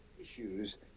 issues